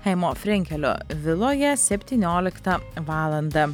chaimo frenkelio viloje septynioliktą valandą